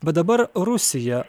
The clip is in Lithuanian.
bet dabar rusija